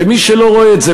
ומי שלא רואה את זה,